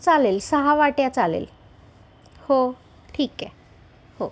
चालेल सहा वाट्या चालेल हो ठीक आहे हो